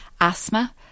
asthma